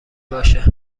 باشه